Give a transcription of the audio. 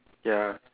ya